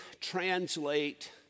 translate